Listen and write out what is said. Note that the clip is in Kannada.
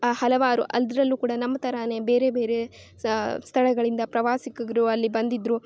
ಆ ಹಲವಾರು ಅದ್ರಲ್ಲೂ ಕೂಡ ನಮ್ಮ ಥರನೇ ಬೇರೆ ಬೇರೆ ಸ್ಥಳಗಳಿಂದ ಪ್ರವಾಸಿಗರು ಅಲ್ಲಿ ಬಂದಿದ್ರು